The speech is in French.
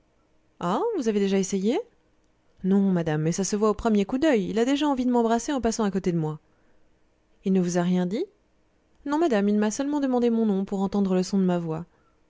ah vous avez déjà essayé non madame mais ça se voit au premier coup d'oeil il a déjà envie de m'embrasser en passant à côté de moi il ne vous a rien dit non madame il m'a seulement demandé mon nom pour entendre le son de ma voix